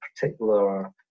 particular